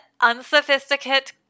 unsophisticated